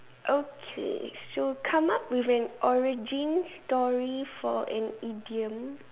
okay so come up with an origin for an idiom